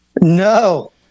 No